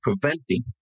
preventing